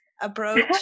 approach